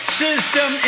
system